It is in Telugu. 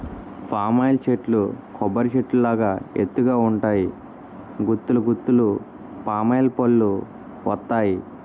పామ్ ఆయిల్ చెట్లు కొబ్బరి చెట్టు లాగా ఎత్తు గ ఉంటాయి గుత్తులు గుత్తులు పామాయిల్ పల్లువత్తాయి